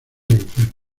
enfermos